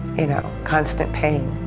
you know? constant pain.